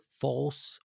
false